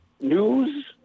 news